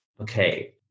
Okay